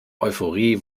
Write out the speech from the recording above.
euphorie